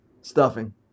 Stuffing